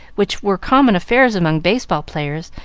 which were common affairs among baseball players,